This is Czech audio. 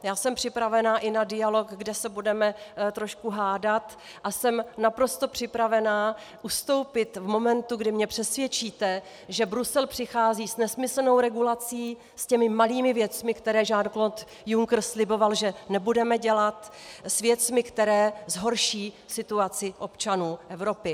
Já jsem připravena i na dialog, kde se budeme trošku hádat, a jsem naprosto připravená ustoupit v momentu, kdy mě přesvědčíte, že Brusel přichází s nesmyslnou regulací, s těmi malými věcmi, které JeanClaude Juncker sliboval, že nebudeme dělat, s věcmi, které zhorší situaci občanů Evropy.